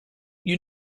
you